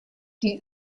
die